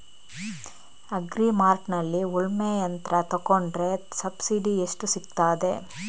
Agri ಮಾರ್ಟ್ನಲ್ಲಿ ಉಳ್ಮೆ ಯಂತ್ರ ತೆಕೊಂಡ್ರೆ ಸಬ್ಸಿಡಿ ಎಷ್ಟು ಸಿಕ್ತಾದೆ?